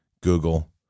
Google